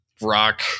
rock